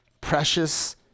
precious